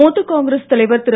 மூத்த காங்கிரஸ் தலைவர் திரு